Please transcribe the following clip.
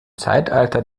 zeitalter